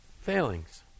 failings